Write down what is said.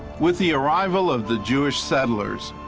with the arrival of the jewish settlers,